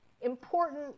important